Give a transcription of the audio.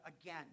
again